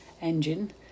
engine